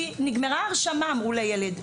כי נגמרה ההרשמה אמרו לילד.